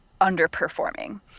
underperforming